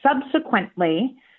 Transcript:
subsequently